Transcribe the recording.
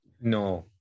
No